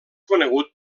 conegut